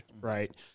right